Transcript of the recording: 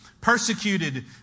persecuted